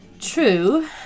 true